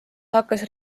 hakkas